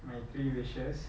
my three wishes